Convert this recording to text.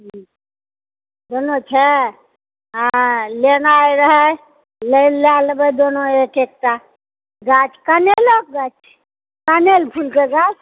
दुनू छै हँ लेनाइ रहै लए लेबै दुनू एक एकटा गाछ कनैलोके गाछ छै कनैल फुलके गाछ